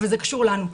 אבל זה קשור לנו.